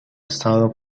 estado